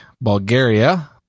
Bulgaria